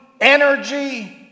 energy